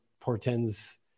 portends